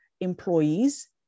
employees